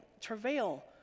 travail